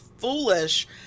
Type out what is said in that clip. foolish